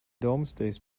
domesday